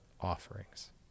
offerings